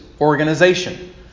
organization